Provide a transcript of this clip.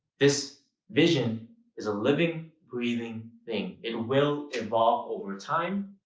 this vision is a living, breathing thing. it will evolve overtime.